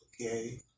okay